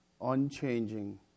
unchanging